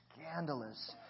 scandalous